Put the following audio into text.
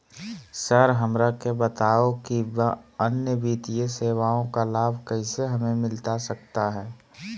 Sir हमरा के बताओ कि अन्य वित्तीय सेवाओं का लाभ कैसे हमें मिलता सकता है?